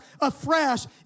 afresh